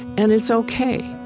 and it's ok.